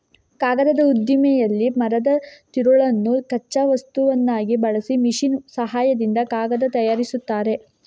ಕಾಗದದ ಉದ್ದಿಮೆಯಲ್ಲಿ ಮರದ ತಿರುಳನ್ನು ಕಚ್ಚಾ ವಸ್ತುವನ್ನಾಗಿ ಬಳಸಿ ಮೆಷಿನ್ ಸಹಾಯದಿಂದ ಕಾಗದ ತಯಾರಿಸ್ತಾರೆ